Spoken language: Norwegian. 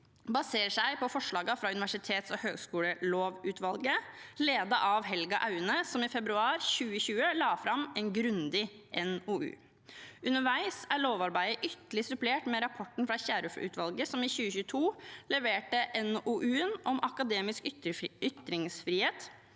baserer seg på forslagene fra universitets- og høyskolelovutvalget, ledet av Helga Aune, som i februar 2020 la fram en grundig NOU. Underveis er lovarbeidet ytterligere supplert med rapporten fra Kierulf-utvalget, som i 2022 leverte NOU-en «Akademisk ytringsfrihet